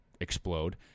explode